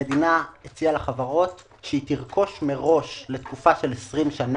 המדינה הציעה לחברות שתרכוש מראש לתקופה של עשרים את